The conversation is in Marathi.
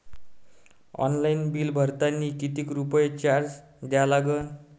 ऑनलाईन बिल भरतानी कितीक रुपये चार्ज द्या लागन?